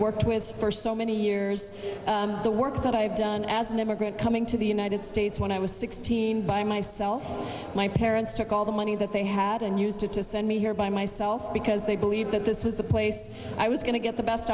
worked with for so many years the work that i've done as an immigrant coming to the united states when i was sixteen by myself my parents took a all the money that they had and used it to send me here by myself because they believed that this was the place i was going to get the best